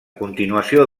continuació